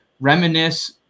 reminisce